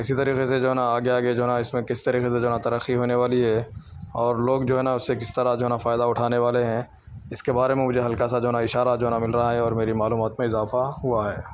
اسی طریقے سے جو ہے نا آگے آگے جو ہے نا اس میں کس طریقے سے جو ہے نا ترقی ہونے والی ہے اور لوگ جو ہے نا اس سے کس طرح جو ہے نا فائدہ اٹھانے والے ہیں اس کے بارے میں مجھے ہلکا سا جو ہے نا اشارہ جو ہے نا مل رہا ہے اور میری معلومات میں اضافہ ہوا ہے